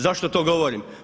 Zašto to govorim?